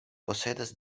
posedas